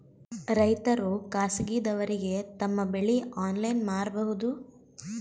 ರೈತರು ಖಾಸಗಿದವರಗೆ ತಮ್ಮ ಬೆಳಿ ಆನ್ಲೈನ್ ಮಾರಬಹುದು?